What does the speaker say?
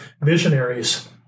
visionaries